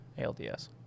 ALDS